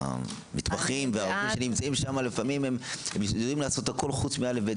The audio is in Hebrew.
והמתמחים והרופאים שנמצאים שם יודעים לעשות הכול חוץ מזה ומזה,